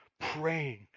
praying